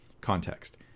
context